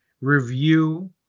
review